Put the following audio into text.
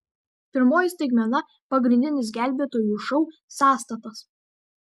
pirmoji staigmena pagrindinis gelbėtojų šou sąstatas